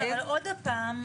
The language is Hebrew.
אבל עוד הפעם,